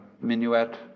minuet